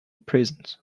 prisons